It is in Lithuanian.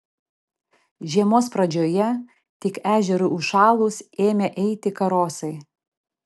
žiemos pradžioje tik ežerui užšalus ėmę eiti karosai